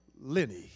Lenny